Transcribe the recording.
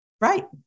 Right